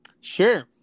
Sure